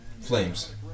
flames